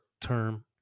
term